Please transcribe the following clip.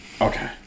Okay